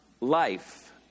life